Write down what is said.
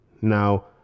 Now